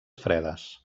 fredes